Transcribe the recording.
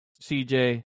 cj